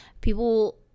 people